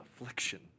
affliction